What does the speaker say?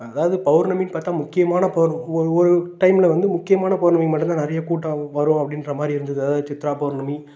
அதாவது பௌர்ணமின்னு பார்த்தா முக்கியமான பௌர் ஒரு ஒரு டைம்ல வந்து முக்கியமான பௌர்ணமிக்கு மட்டுந்தான் நிறையக்கூட்டம் வரும் அப்படின்றமாரி இருந்தது அதாவது சித்ரா பௌர்ணமி